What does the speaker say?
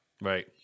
Right